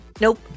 Nope